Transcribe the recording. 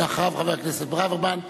אחריו, חבר הכנסת ברוורמן.